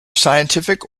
scientific